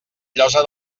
llosa